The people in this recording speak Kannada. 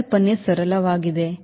ಪರಿಕಲ್ಪನೆ ಸರಳವಾಗಿದೆ